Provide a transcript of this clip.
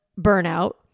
Burnout